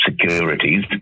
securities